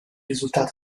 risultato